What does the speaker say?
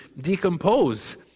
decompose